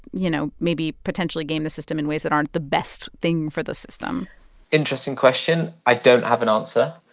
you know, maybe potentially game the system in ways that aren't the best thing for the system interesting question. i don't have an answer.